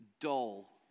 dull